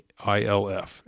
ILF